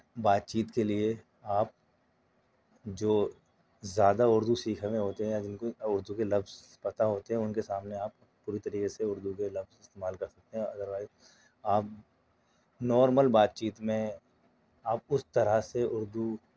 بات چیت کے لیے آپ جو زیادہ اُردو سیکھے ہوئے ہوتے ہیں یا جن کو اُردو کے لفظ پتہ ہوتے ہیں اُن کے سامنے آپ پوری طریقے سے اُردو کے لفظ استعمال کر سکتے ہیں ادر وائز آپ نارمل بات چیت میں آپ اُس طرح سے اُردو